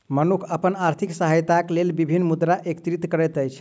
मनुख अपन आर्थिक सहायताक लेल विभिन्न मुद्रा एकत्रित करैत अछि